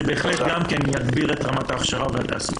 זה בהחלט גם כן יגביר את רמת ההכשרה והתעסוקה.